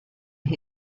who